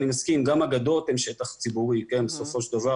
אני מסכים שגם הגדות הן שטח ציבורי בסופו של דבר.